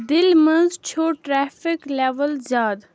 دِلہِ منٛز چھُ traffic level زِیٛادٕ